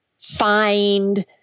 find